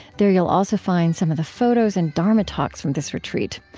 there you'll also find some of the photos and dharma talks from this retreat.